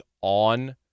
on